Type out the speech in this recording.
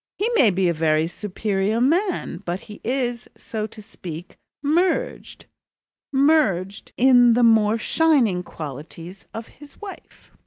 he may be a very superior man, but he is, so to speak, merged merged in the more shining qualities of his wife.